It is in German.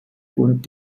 und